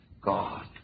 God